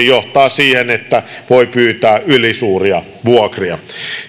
johtaa siihen että voi pyytää ylisuuria vuokria